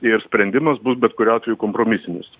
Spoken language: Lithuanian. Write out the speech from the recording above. ir sprendimas bus bet kuriuo atveju kompromisinis